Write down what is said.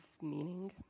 meaning